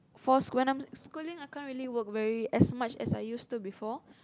force when I'm schooling I can't really work very as much as I used to before